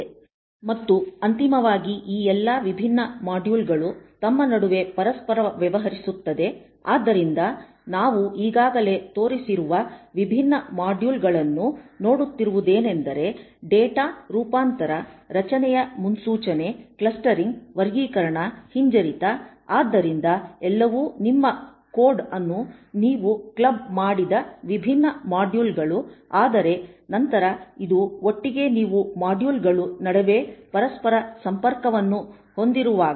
Refer Slide Time 0614 ಮತ್ತು ಅಂತಿಮವಾಗಿ ಈ ಎಲ್ಲಾ ವಿಭಿನ್ನ ಮಾಡ್ಯುಲ್ಗಳು ತಮ್ಮ ನಡುವೆ ಪರಸ್ಪರ ವ್ಯವಹರಿಸುತ್ತದೆ ಆದ್ದರಿಂದ ನಾವು ಈಗಾಗಲೇ ತೋರಿಸಿರುವ ವಿಭಿನ್ನ ಮಾಡ್ಯುಲ್ಗಳನ್ನು ನೋಡುತ್ತಿರುವುದೇ ನೆಂದರೆಡೇಟಾ ರೂಪಾಂತರ ರಚನೆಯ ಮುನ್ಸೂಚನೆ ಕ್ಲಸ್ಟರಿಂಗ್ ವರ್ಗೀಕರಣ ಹಿಂಜರಿತ ಆದ್ದರಿಂದ ಇವೆಲ್ಲವೂ ನಿಮ್ಮ ಕೋಡ್ ಅನ್ನು ನೀವು ಕ್ಲಬ್ ಮಾಡಿದ ವಿಭಿನ್ನ ಮಾಡ್ಯುಲ್ಗಳು ಆದರೆ ನಂತರ ಇದು ಒಟ್ಟಿಗೆ ನೀವು ಮಾಡ್ಯುಲ್ಗಳು ನಡುವೆ ಪರಸ್ಪರ ಸಂಪರ್ಕವನ್ನು ಹೊಂದಿರುವಾಗ